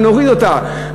ונוריד אותה,